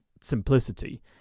simplicity